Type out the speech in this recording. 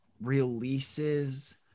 releases